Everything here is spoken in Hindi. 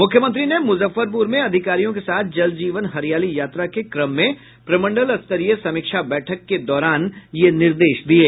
मुख्यमंत्री ने मुजफ्फरपुर में अधिकारियों के साथ जल जीवन हरियाली यात्रा के क्रम में प्रमंडलस्तरीय समीक्षा बैठक के दौरान ये निर्देश दिये